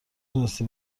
تونستی